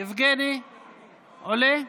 יבגני עולה?